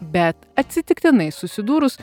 bet atsitiktinai susidūrus